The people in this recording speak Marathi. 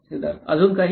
सिद्धार्थ अजून काही